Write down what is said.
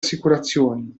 assicurazioni